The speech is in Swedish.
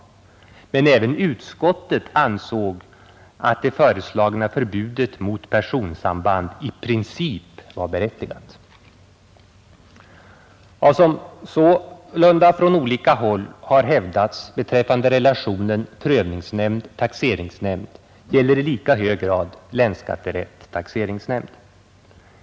Men även utskottet ansåg det föreslagna förbudet mot personsamband i princip vara berättigat. Vad som sålunda från olika håll hävdats beträffande relationen prövningsnämnd—taxeringsnämnd gäller i lika hög grad länsskatterätt— taxeringsnämnd.